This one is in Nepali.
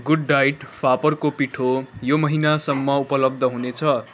गुड डाइट फापरको पिठो यो महिनासम्म उपलब्ध हुनेछ